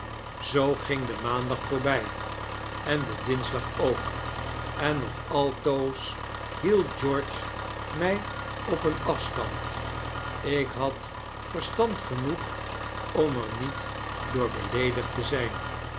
zoo ging de maandag voorbij en de dinsdag ook en nog altoos hield george mg op eenafstand ik had verstand genoeg omer niet door beleedigd te zjjn